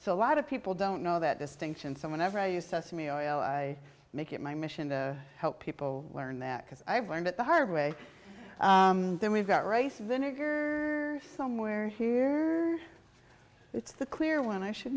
so a lot of people don't know that distinction so whenever i use sesame oil i make it my mission to help people learn that because i've learned it the hard way then we've got race vinegar somewhere here it's the clear one and i should